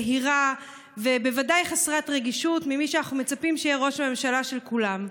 יהירה ובוודאי חסרת רגישות ממי שאנחנו מצפים שיהיה ראש הממשלה של כולם.